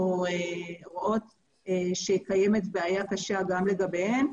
רואות שקיימת בעיה קשה גם לגביהן.